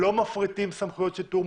לא מפריטים סמכויות שיטור,